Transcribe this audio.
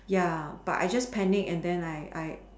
ya but I just panic and then I I